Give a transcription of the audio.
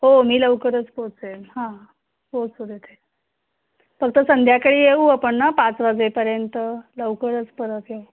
हो मी लवकरच पोचेल हां पोचते तिथे फक्त संध्याकाळी येऊ आपण ना पाच वाजेपर्यंत लवकरच परत येऊ